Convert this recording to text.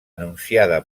anunciada